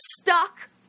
stuck